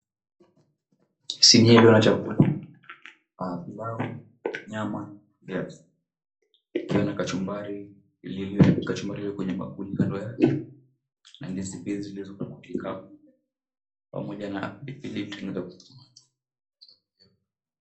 Sinia iliyo na chakula Kuna pilau, nyama, yakiwa na kachumbari liliokwenye bakuli kando yake na ndizi pia zilizokwenye kikapu pamoja na pilipili.